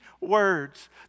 words